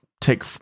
take